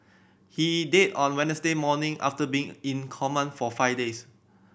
he died on Wednesday morning after been in coma for five days